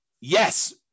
Yes